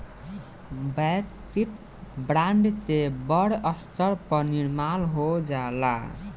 वैयक्तिक ब्रांड के बड़ स्तर पर निर्माण हो जाला